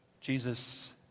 Jesus